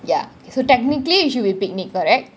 ya so technically it should be picnic correct